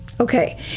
Okay